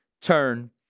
turn